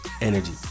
energy